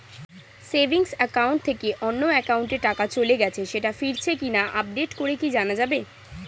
Savings account থেকে অন্য একাউন্টে টাকা চলে গেছে সেটা ফিরেছে কিনা আপডেট করে কি জানা যাবে?